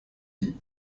die